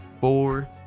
four